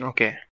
Okay